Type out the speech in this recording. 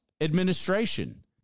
administration